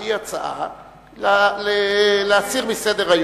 והיא ההצעה להסיר מסדר-היום.